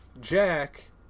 Jack